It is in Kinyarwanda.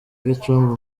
gicumbi